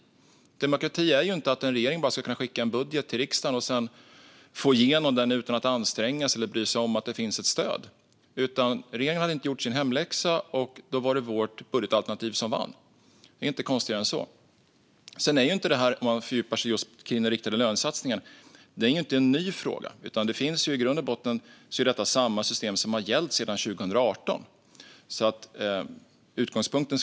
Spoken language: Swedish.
Demokrati är inte att en regering bara ska kunna skicka en budget till riksdagen och sedan få igenom den utan att anstränga sig eller bry sig om huruvida det finns ett stöd. Regeringen hade inte gjort sin hemläxa, och då var det vårt budgetalternativ som vann. Det är inte konstigare än så. Om vi fördjupar oss just i den riktade lönesatsningen ser vi att detta inte är någon ny fråga, utan i grund och botten är det här samma system som har gällt sedan 2018.